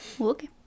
Okay